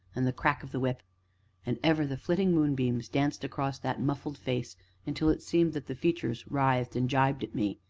and the crack of the whip and ever the flitting moonbeams danced across that muffled face until it seemed that the features writhed and gibed at me,